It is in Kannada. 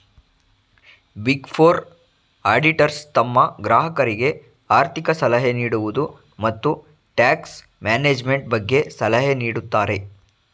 ಬಿಗ್ ಫೋರ್ ಆಡಿಟರ್ಸ್ ತಮ್ಮ ಗ್ರಾಹಕರಿಗೆ ಆರ್ಥಿಕ ಸಲಹೆ ನೀಡುವುದು, ಮತ್ತು ಟ್ಯಾಕ್ಸ್ ಮ್ಯಾನೇಜ್ಮೆಂಟ್ ಬಗ್ಗೆ ಸಲಹೆ ನೀಡುತ್ತಾರೆ